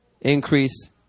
increase